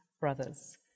brothers